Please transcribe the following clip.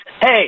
Hey